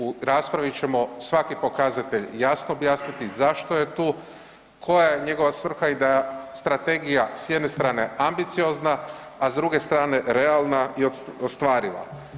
U raspravi ćemo svaki pokazatelj jasno objasniti zašto je tu, koja je njegova svrha i da strategija s strane ambiciozna, a s druge strane realna i ostvariva.